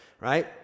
right